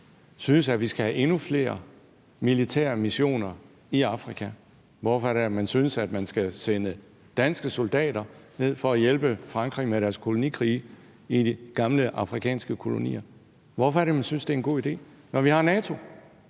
at vi skal have endnu flere militære missioner i Afrika? Hvorfor synes SF, at man skal sende danske soldater ned for at hjælpe Frankrig med deres kolonikrige i de gamle afrikanske kolonier? Hvorfor synes man, det er en god idé, når vi har NATO